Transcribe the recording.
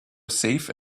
safe